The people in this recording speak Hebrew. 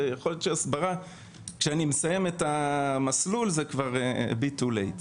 ויכול להיות שהסברה כשאני מסיים את המסלול זה כבר מאוחר מדי.